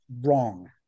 Wrong